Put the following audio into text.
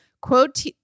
quote